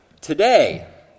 Today